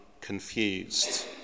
confused